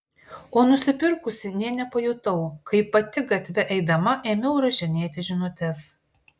o nusipirkusi nė nepajutau kaip pati gatve eidama ėmiau rašinėti žinutes